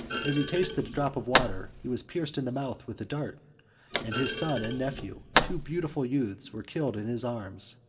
as he tasted a drop of water, he was pierced in the mouth with a dart and his son and nephew, two beautiful youths, were killed in his arms.